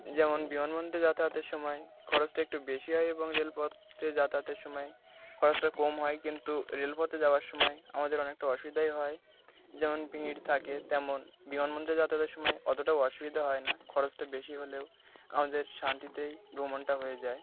যেমন বিমানবন্দরে যাতায়াতের সময় খরচটা একটু বেশি হয় এবং রেলপথে যাতায়াতের সময় খরচটা কম হয় কিন্তু রেলপথে যাওয়ার সময় আমাদের অনেকটা অসুবিধাই হয় যেমন ভিড় থাকে তেমন বিহন মন্দে যাতায়াতের সময় অতটা অসুবিধা হয় না খরচটা বেশি হলেও আমাদের শান্তিতেই ভ্রমণটা হয়ে যায়